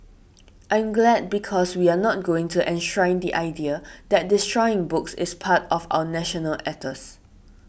I'm glad because we're not going to enshrine the idea that destroying books is part of our national ethos